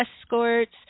escorts